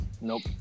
nope